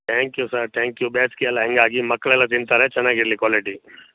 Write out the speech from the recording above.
thank you sir thank you ಬೇಸ್ಗಿಯಲ ಹಂಗಾಗಿ ಮಕ್ಳು ಎಲ್ಲ ತಿಂತಾರೆ ಚೆನ್ನಾಗಿ ಇರಲಿ ಕ್ವಾಲಿಟಿ